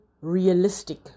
realistic